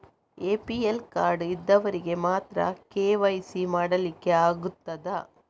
APL card ಇದ್ದವರಿಗೆ ಮಾತ್ರ KYC ಮಾಡಲಿಕ್ಕೆ ಆಗುತ್ತದಾ?